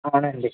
అవునండి